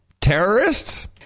terrorists